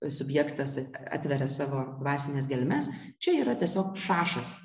subjektas atveria savo dvasines gelmes čia yra tiesiog šašas